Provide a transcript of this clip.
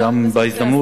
חבר הכנסת,